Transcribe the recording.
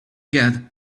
god